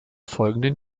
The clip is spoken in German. folgenden